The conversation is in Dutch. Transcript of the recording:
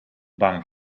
bang